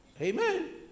Amen